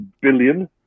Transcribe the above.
billion